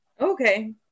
Okay